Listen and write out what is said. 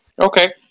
okay